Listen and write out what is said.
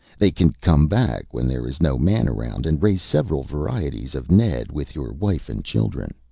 they can come back when there is no man around, and raise several varieties of ned with your wife and children.